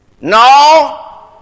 No